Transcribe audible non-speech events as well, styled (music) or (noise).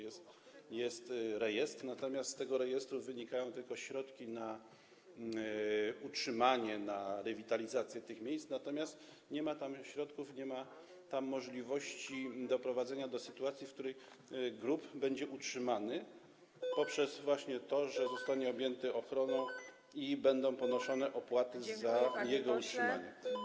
Jest rejestr, natomiast z tego rejestru wynikają tylko środki na utrzymanie, na rewitalizację tych miejsc, ale nie ma tam już środków, nie ma możliwości doprowadzenia do sytuacji, w której grób będzie utrzymany (noise) poprzez właśnie to, że zostanie objęty ochroną i będą ponoszone opłaty na jego utrzymanie.